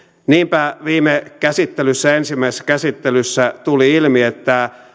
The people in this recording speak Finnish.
niinpä viime käsittelyssä ensimmäisessä käsittelyssä tuli ilmi että vaikka professoritason